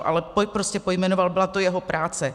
Ale prostě to pojmenoval, byla to jeho práce.